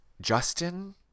Justin